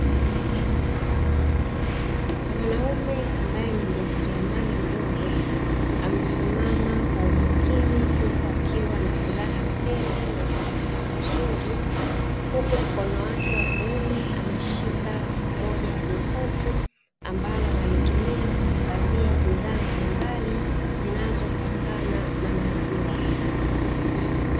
Mwanaume ambaye ni mjasiriamali mdogo amesimama kwa umakini huku akiwa na furaha tele na tabasamu zuri, huku mkono wake wa kuume ameshika moja ya jokofu, ambalo analitumia kuhifadhia bidhaa mbalimbali zinazotokana na maziwa.